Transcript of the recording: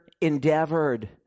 endeavored